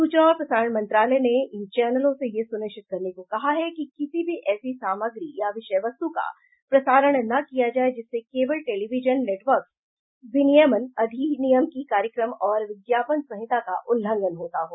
सूचना और प्रसारण मंत्रालय ने इन चैनलों से यह सुनिश्चित करने को कहा है कि किसी भी ऐसी सामग्री या विषय वस्तु का प्रसारण न किया जाए जिससे केबल टेलीविजन नेटवर्क्स विनियमन अधिनियम की कार्यक्रम और विज्ञापन संहिता का उल्लंघन होता हो